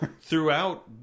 throughout